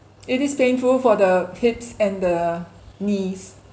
it is painful for the hips and the knees